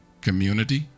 community